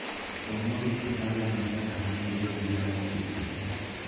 कोनो भी फसल ला मिसत घानी गिरे बीजा ल कुत कथें